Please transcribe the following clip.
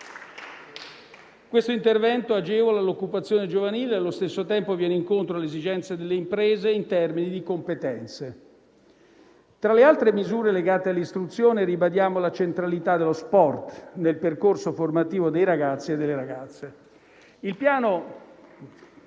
Questo intervento agevola l'occupazione giovanile e, allo stesso tempo, viene incontro alle esigenze delle imprese in termini di competenze. Tra le altre misure legate all'istruzione, ribadiamo la centralità dello sport nel percorso formativo dei ragazzi e delle ragazze.